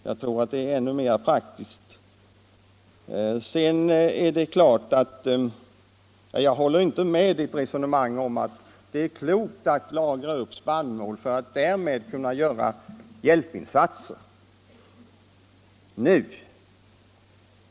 Jag tror det vore ännu mer praktiskt. Jag håller inte med herr Wictorsson när han anser att det är klokt att nu lagra upp spannmål för att därmed kunna göra hjälpinsatser.